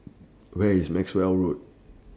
Where IS Maxwell Road